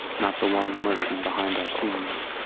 not the one lurking behind our screens,